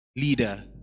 Leader